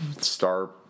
star